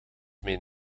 mijn